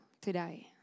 today